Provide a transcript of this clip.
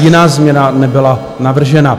Jiná změna nebyla navržena.